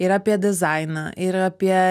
ir apie dizainą ir apie